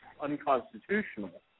unconstitutional